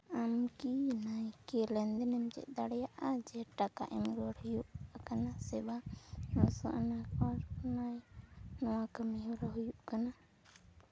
ᱟᱢ ᱠᱤ ᱱᱟᱭᱠᱮ ᱞᱮᱱᱫᱮᱱᱮᱢ ᱪᱮᱫ ᱫᱟᱲᱮᱭᱟᱜᱼᱟ ᱡᱮ ᱴᱟᱠᱟ ᱮᱢ ᱨᱩᱣᱟᱹᱲ ᱦᱩᱭᱩᱜ ᱟᱠᱟᱱᱟ ᱥᱮ ᱵᱟᱝ ᱱᱚᱥᱚ ᱟᱱᱟᱜ ᱠᱚᱨᱮ ᱱᱚᱣᱟ ᱠᱟᱹᱢᱤᱦᱚᱨᱟ ᱦᱩᱭᱩᱜ ᱠᱟᱱᱟ